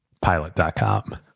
Pilot.com